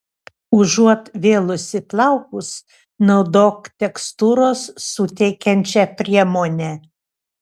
užuot vėlusi plaukus naudok tekstūros suteikiančią priemonę